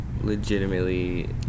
legitimately